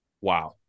Wow